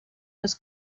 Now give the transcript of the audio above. los